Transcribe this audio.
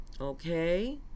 okay